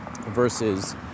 versus